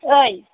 ओइ